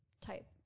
type